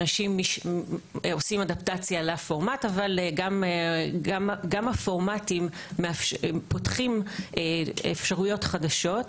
אבל גם הפורמטים פותחים אפשרויות חדשות,